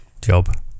job